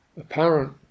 apparent